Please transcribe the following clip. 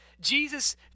Jesus